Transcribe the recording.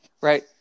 right